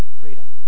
freedom